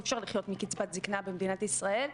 אי אפשר לחיות מקצבת זקנה במדינת ישראל.